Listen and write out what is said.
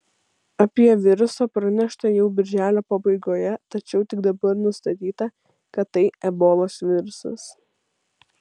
apie virusą pranešta jau birželio pabaigoje tačiau tik dabar nustatyta kad tai ebolos virusas